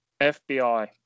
FBI